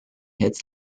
hits